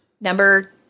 Number